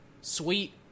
Sweet